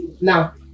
now